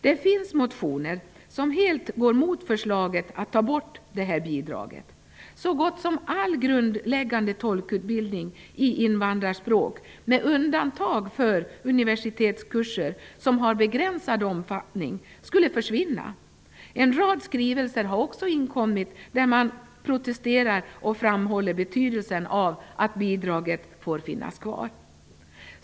Det finns motioner som helt går mot förslaget att ta bort detta bidrag. Så gott som all grundläggande tolkutbildning i invandrarspråk, med undantag av universitetskurserna som har begränsad omfattning, skulle försvinna. En rad skrivelser har också inkommit där man protesterar och framhåller betydelsen av att bidraget får finnas kvar.